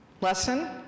Lesson